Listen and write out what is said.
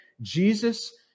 Jesus